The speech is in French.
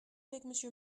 avec